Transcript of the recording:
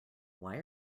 why